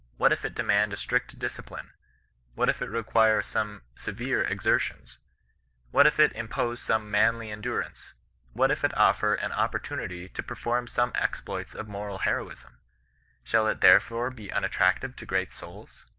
what if it demand a strict discipline what if it require some severe exertions what if it impose some manly endurance what if it offer an opportunity to perform some exploits of moral heroism shall it therefore be unattractive to great souls?